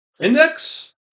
index